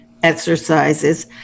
exercises